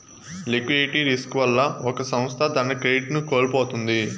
liquidity risk వల్ల ఒక సంస్థ తన క్రెడిట్ ను కోల్పోతుంది